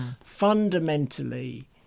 fundamentally